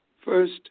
First